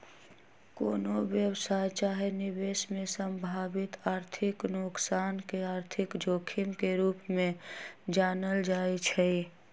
कोनो व्यवसाय चाहे निवेश में संभावित आर्थिक नोकसान के आर्थिक जोखिम के रूप में जानल जाइ छइ